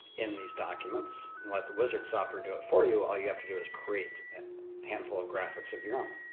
in these documents. and let the wizard software do it for you. all you have to do is create a and handful of graphics of your own.